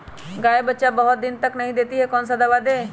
गाय बच्चा बहुत बहुत दिन तक नहीं देती कौन सा दवा दे?